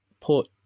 put